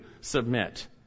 submit